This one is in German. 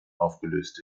aufgelöst